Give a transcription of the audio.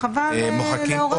וחבל לעורר את זה.